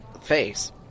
face